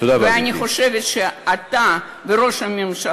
תודה רבה,